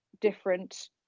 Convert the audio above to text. different